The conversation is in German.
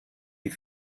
die